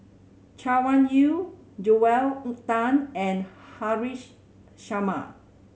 Chay Weng Yew Joel Tan and Haresh Sharma